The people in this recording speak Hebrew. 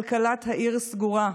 כלכלת העיר סגורה.